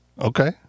okay